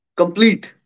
complete